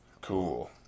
Cool